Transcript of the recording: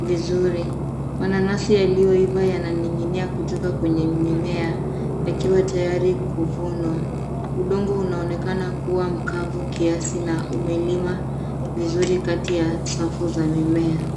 vizuri. Mananasi yaliyoiva yananing'inia kutoka kwenye mimea yakiwa tayari kuvunwa. Udongo unaonekana kuwa mkavu kiasi na umelima vizuri kati ya safu za mimea.